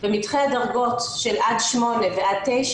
במתחי דרגות עד 8 ועד 9,